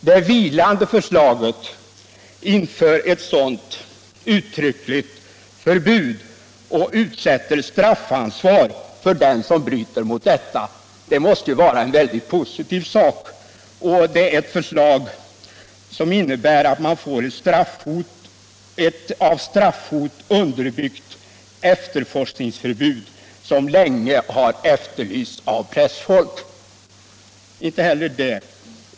Det vilande förslaget inför ett sådant uttryckligt förbud och utsätter straffansvar för den som bryter mot detta. Det måste vara en mycket positiv reform. Man får här ett med straffhot underbyggt efterforskningsförbud, som länge har efterlysts av pressfolk.